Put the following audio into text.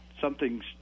Something's